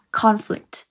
conflict